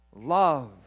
Love